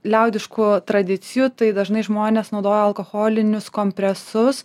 liaudiškų tradicijų tai dažnai žmonės naudoja alkoholinius kompresus